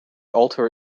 alter